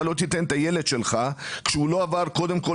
אתה לא תיתן את הילד שלך כשהוא לא עבר קודם כול